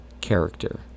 Character